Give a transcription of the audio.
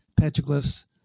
petroglyphs